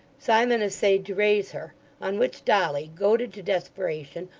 simon essayed to raise her on which dolly, goaded to desperation,